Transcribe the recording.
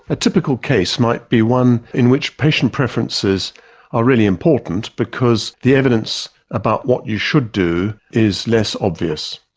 a typical case might be one in which patient preferences are really important because the evidence about what you should do is less obvious.